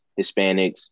Hispanics